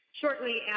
Shortly